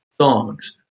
songs